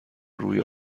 روی